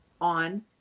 on